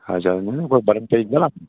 कोई बर्म पेईं दा ना